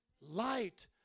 Light